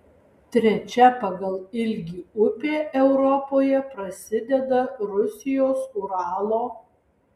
trečia pagal ilgį upė europoje prasideda rusijos uralo